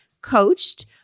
coached